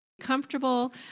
Comfortable